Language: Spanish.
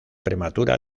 prematura